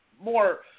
more